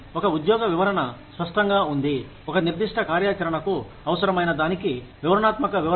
ఒక ఉద్యోగ వివరణ స్పష్టంగా ఉంది ఒక నిర్దిష్ట కార్యాచరణకు అవసరమైన దానికి వివరణాత్మక వివరణ